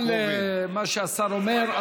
קארין אלהרר, מסכימה למה שהשר אומר?